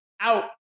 out